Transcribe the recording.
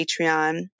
Patreon